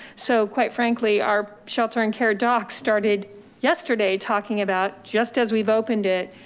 so quite frankly, our shelter and care docs started yesterday talking about just as we've opened it.